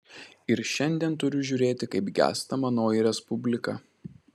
ir šiandien turiu žiūrėti kaip gęsta manoji respublika